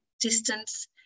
distance